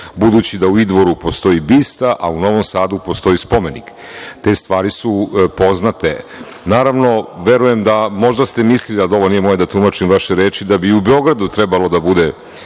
budući da u Idvoru postoji bista, a u Novom Sadu postoji spomenik. Te stvari su poznate. Naravno, verujem da, možda ste mislili, mada ovo nije moje da tumačim vaše reči, da bi i u Beogradu trebao da bude